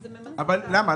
אבל למה?